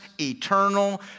eternal